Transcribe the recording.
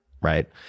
right